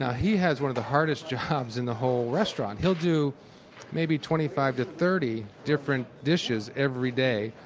he has one of the hardest jobs in the whole restaurant. he'll do maybe twenty five to thirty different dishes every day,